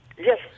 Yes